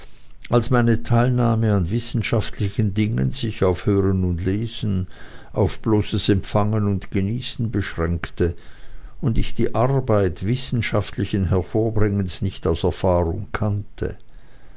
als meine teilnahme an wissenschaftlichen dingen sich auf hören und lesen auf bloßes empfangen und genießen beschränkte und ich die arbeit wissenschaftlichen hervorbringens nicht aus erfahrung kannte